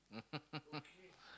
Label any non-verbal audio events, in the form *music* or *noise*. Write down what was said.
*laughs*